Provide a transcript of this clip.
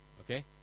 okay